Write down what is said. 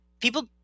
people